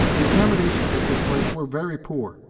the accommodations at this place were very poor,